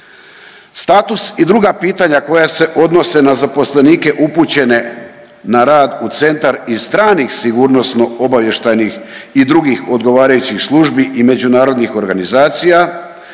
Status i druga pitanja koja se odnose na zaposlenike upućene na rad u centar i stranih sigurnosno-obavještajnih i drugih odgovarajućih službi i međunarodnih organizacija